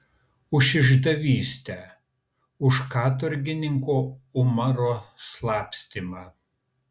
už išdavystę už katorgininko umaro slapstymą